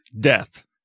Death